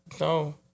No